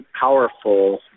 powerful